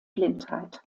blindheit